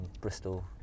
Bristol